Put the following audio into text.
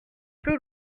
plus